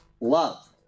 love